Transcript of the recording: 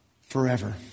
forever